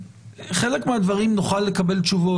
האדם הולך לבנק הדואר.